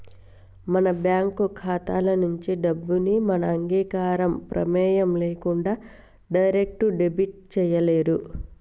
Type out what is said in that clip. మన బ్యేంకు ఖాతా నుంచి డబ్బుని మన అంగీకారం, ప్రెమేయం లేకుండా డైరెక్ట్ డెబిట్ చేయలేరు